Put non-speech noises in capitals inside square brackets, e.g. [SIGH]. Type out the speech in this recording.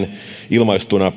ilmaistuna [UNINTELLIGIBLE]